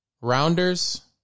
Rounders